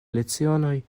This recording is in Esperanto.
lecionoj